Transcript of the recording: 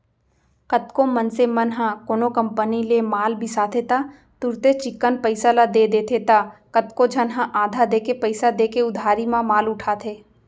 कतको मनसे मन ह कोनो कंपनी ले माल बिसाथे त तुरते चिक्कन पइसा ल दे देथे त कतको झन ह आधा देके पइसा देके उधारी म माल उठाथे